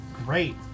Great